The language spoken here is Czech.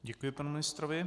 Děkuji panu ministrovi.